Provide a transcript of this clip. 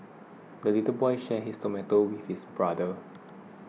the little boy shared his tomato with brother